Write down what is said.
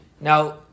Now